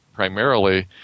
primarily